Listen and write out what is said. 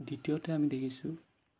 দ্বিতীয়তে আমি দেখিছোঁ